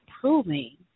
proving